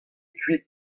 kuit